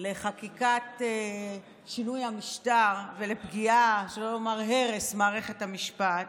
לחקיקת שינוי המשטר ולפגיעה במערכת המשפט,